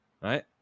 right